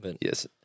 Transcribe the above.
Yes